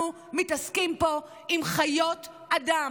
אנחנו מתעסקים פה עם חיות אדם.